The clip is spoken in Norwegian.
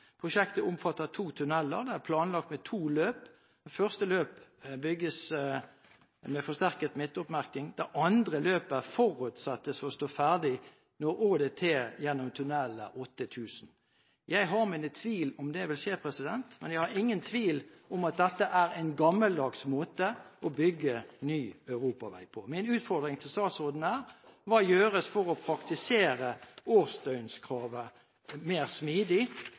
Prosjektet omfatter to tunneler som er planlagt med to løp. Det første løpet bygges med forsterket midtoppmerking. Det andre løpet er forutsatt å stå ferdig når ÅDT gjennom tunnelen er 8000. Jeg har mine tvil om det vil skje, men jeg er ikke i tvil om at dette er en gammeldags måte å bygge ny europavei på. Min utfordring til statsråden er: Hva blir gjort for å praktisere årsdøgnkravet mer smidig